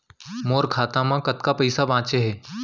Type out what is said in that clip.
मोर खाता मा कतका पइसा बांचे हे?